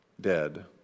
dead